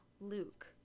Luke